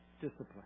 discipline